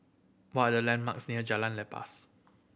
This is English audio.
what are the landmarks near Jalan Lepas